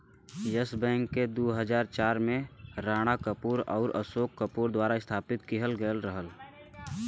yes Bank के दू हज़ार चार में राणा कपूर आउर अशोक कपूर द्वारा स्थापित किहल गयल रहल